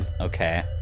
Okay